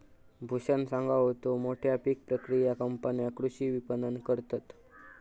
भूषण सांगा होतो, मोठ्या पीक प्रक्रिया कंपन्या कृषी विपणन करतत